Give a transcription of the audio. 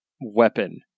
weapon